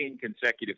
consecutive